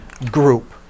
Group